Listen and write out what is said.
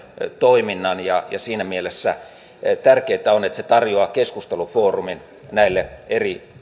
toiminnan ja siinä mielessä tärkeätä on että se tarjoaa keskustelufoorumin näille eri